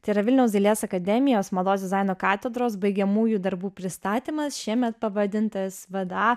tai yra vilniaus dailės akademijos mados dizaino katedros baigiamųjų darbų pristatymas šiemet pavadintas vda